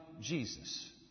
Jesus